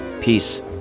Peace